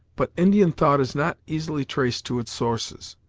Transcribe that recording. but indian thought is not easily traced to its sources.